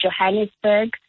Johannesburg